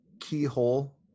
keyhole